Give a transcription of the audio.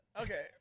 okay